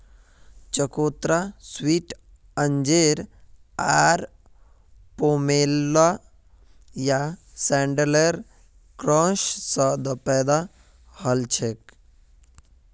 चकोतरा sweet orange आर pomelo या शैडॉकेर क्रॉस स पैदा हलछेक